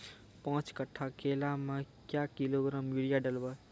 पाँच कट्ठा केला मे क्या किलोग्राम यूरिया डलवा?